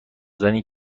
زنی